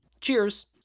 Cheers